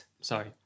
Sorry